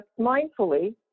mindfully